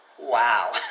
wow